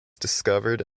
discovered